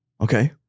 Okay